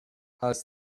has